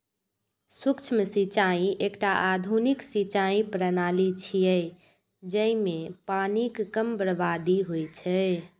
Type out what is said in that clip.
सूक्ष्म सिंचाइ एकटा आधुनिक सिंचाइ प्रणाली छियै, जइमे पानिक कम बर्बादी होइ छै